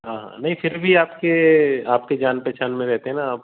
हाँ हाँ नहीं फिर भी आपके आपके जान पहचान में रहते हैं न आप